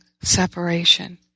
separation